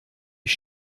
ich